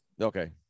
okay